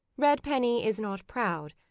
redpenny is not proud,